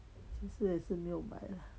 其实也是没有 lah